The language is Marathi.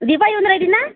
दीपा येऊन राहिली ना